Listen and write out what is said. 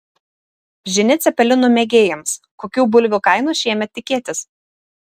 žinia cepelinų mėgėjams kokių bulvių kainų šiemet tikėtis